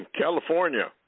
California